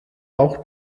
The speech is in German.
auch